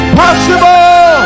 possible